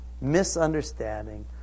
misunderstanding